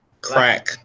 Crack